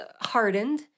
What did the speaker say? hardened